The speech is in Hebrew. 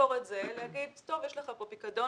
לסגור את זה ולהגיד: יש לך פה פיקדון,